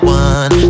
one